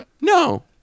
No